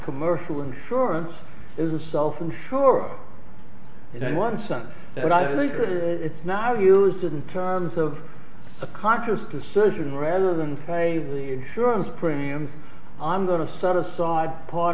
commercial insurance is a self insured and then one cent and i think it's not of use didn't terms of a conscious decision rather than pay the insurance premiums i'm going to set aside part